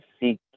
seek